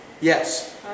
Yes